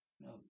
No